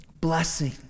blessing